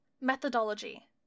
Methodology